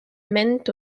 mènent